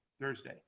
thursday